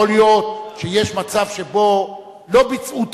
יכול להיות שיש מצב שבו לא ביצעו תקציב.